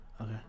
Okay